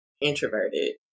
introverted